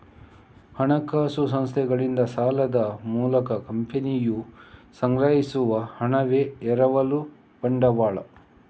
ಹಣಕಾಸು ಸಂಸ್ಥೆಗಳಿಂದ ಸಾಲದ ಮೂಲಕ ಕಂಪನಿಯು ಸಂಗ್ರಹಿಸುವ ಹಣವೇ ಎರವಲು ಬಂಡವಾಳ